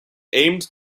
aimed